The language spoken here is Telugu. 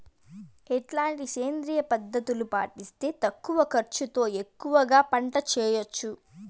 ఎట్లాంటి సేంద్రియ పద్ధతులు పాటిస్తే తక్కువ ఖర్చు తో ఎక్కువగా పంట చేయొచ్చు?